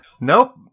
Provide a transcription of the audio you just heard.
nope